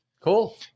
cool